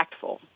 impactful